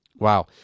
Wow